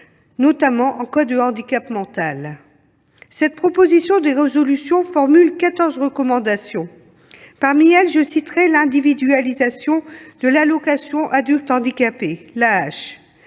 notamment en cas de handicap mental. Cette proposition de résolution vise à formuler quatorze recommandations. Parmi elles, je citerai l'individualisation de l'allocation aux adultes handicapés AAH.